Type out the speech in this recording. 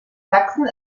sachsen